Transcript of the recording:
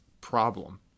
problem